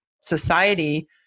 society